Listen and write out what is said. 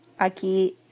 aquí